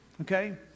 okay